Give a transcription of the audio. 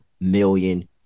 million